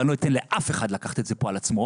ואני לא אתן לאף אחד פה לקחת את זה על עצמו,